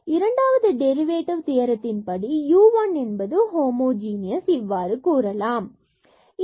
இரண்டாவது derivative theorem படி u 1 என்பது ஹோமோ ஜீனியஸ் இவ்வாறு கூறலாம் u1 Hom